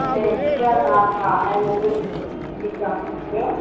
Maggi इहा normal ऐं noodles हा ठीकु आहे ॿियो